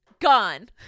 Gone